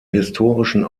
historischen